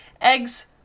eggs